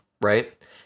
right